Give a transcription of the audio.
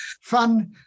fun